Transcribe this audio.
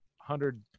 hundred